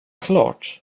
klart